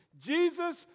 Jesus